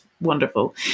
wonderful